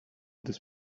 this